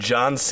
John